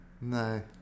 No